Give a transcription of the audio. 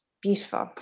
beautiful